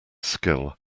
skill